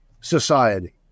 society